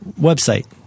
website